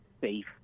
safe